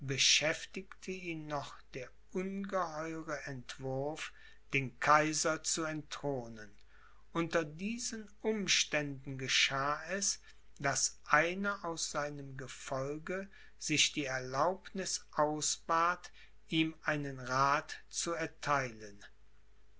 beschäftigte ihn noch der ungeheuere entwurf den kaiser zu entthronen unter diesen umständen geschah es daß einer aus seinem gefolge sich die erlaubniß ausbat ihm einen rath zu ertheilen